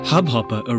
Hubhopper